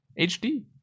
HD